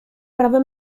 prawy